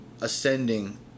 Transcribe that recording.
ascending